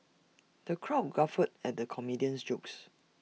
the crowd guffawed at the comedia's jokes